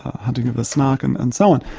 hunting of the snark and and so on,